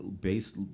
based